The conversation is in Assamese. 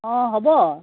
হ'ব